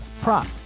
prop